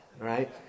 right